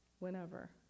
Whenever